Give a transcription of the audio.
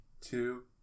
two